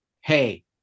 hey